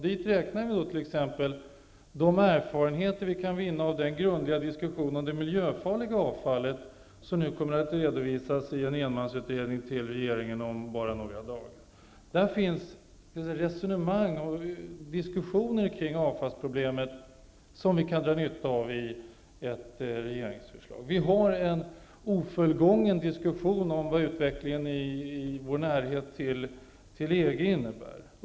Dit räknas t.ex. erfarenheterna av den grundliga diskussionen om det miljöfarliga avfallet, som nu kommer att redovisas för regeringen om bara några dagar i form av en enmansutredning. Där förs resonemang och diskussioner kring avfallsproblemen som vi kan dra nytta av i ett regeringsförslag. Vi har en ofullgången diskussion om vad vårt närmande till EG innebär.